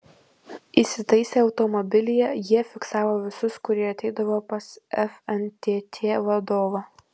įsitaisę automobilyje jie fiksavo visus kurie ateidavo pas fntt vadovą